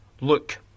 Look